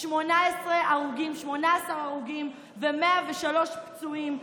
18 הרוגים ו-103 פצועים,